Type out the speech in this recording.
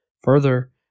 Further